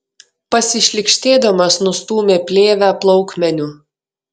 pasišlykštėdamas nustūmė plėvę plaukmeniu